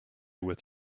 with